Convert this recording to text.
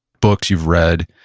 books you've read,